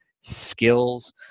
skills